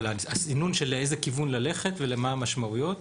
אבל הסינון של לאיזה כיוון ללכת ומה המשמעויות